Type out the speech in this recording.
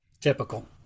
Typical